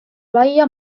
laia